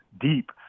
deep